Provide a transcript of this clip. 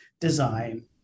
design